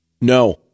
No